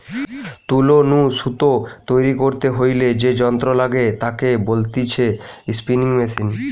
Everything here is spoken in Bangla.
তুলো নু সুতো তৈরী করতে হইলে যে যন্ত্র লাগে তাকে বলতিছে স্পিনিং মেশিন